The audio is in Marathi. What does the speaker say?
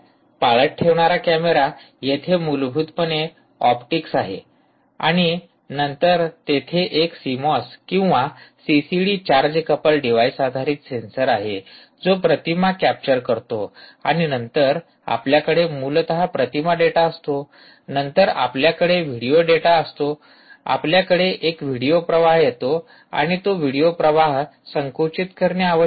पाळत ठेवणारा कॅमेरा येथे मूलभूतपणे ऑप्टिक्स आहे आणि नंतर तेथे एक सीमॉस किंवा सीसीडी चार्ज कपल्ड डिव्हाइस आधारित सेन्सर आहे जो प्रतिमा कॅप्चर करतो आणि नंतर आपल्याकडे मूलत प्रतिमा डेटा असतो नंतर आपल्याकडे व्हिडिओ डेटा असतो आपल्याकडे एक व्हिडिओ प्रवाह येतो आणि तो व्हिडिओ प्रवाह संकुचित करणे आवश्यक आहे